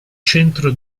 centro